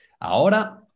ahora